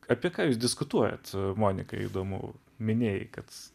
apie ką jūs diskutuojat monika įdomu minėjai kad